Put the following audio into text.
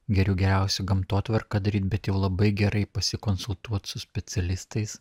geriau geriausiu gamtotvarką daryti bet jau labai gerai pasikonsultuoti su specialistais